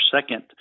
second